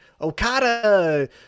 Okada